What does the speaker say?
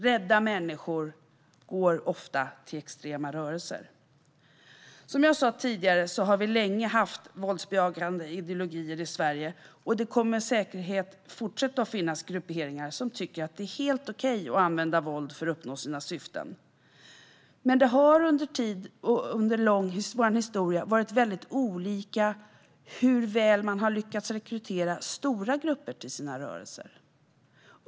Rädda människor går ofta till extrema rörelser. Som jag sa tidigare har vi länge haft våldsbejakande ideologier i Sverige, och det kommer med säkerhet att fortsätta att finnas grupperingar som tycker att det är helt okej att använda våld för att uppnå sina syften. Men det har under vår historia varit väldigt olika hur väl man har lyckats rekrytera stora grupper till sina rörelser.